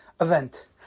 event